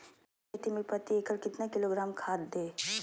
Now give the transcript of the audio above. प्याज की खेती में प्रति एकड़ कितना किलोग्राम खाद दे?